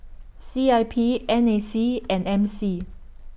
C I P N A C and M C